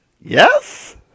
Yes